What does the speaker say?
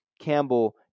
Campbell